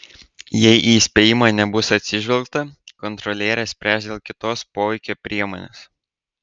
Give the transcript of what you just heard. jei į įspėjimą nebus atsižvelgta kontrolierė spręs dėl kitos poveikio priemonės